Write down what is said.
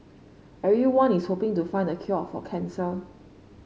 everyone is hoping to find the cure for cancer